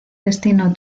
destino